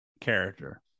character